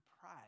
pride